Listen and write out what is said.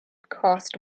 cost